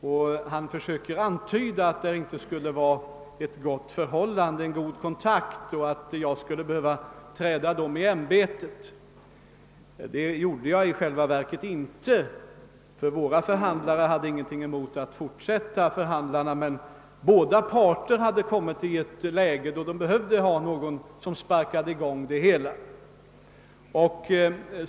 Vidare försöker han antyda att det inte skulle finnas någon god kontakt mellan regering och förhandlare och att jag skulle behöva falla dessa i ämbetet. Det gjorde jag i själva verket inte, ty våra förhandlare hade ingenting emot att fortsätta förhandlingarna. Båda parter hade emellertid hamnat i ett läge, där de be 'hövde ha någon som sparkade i gång det hela.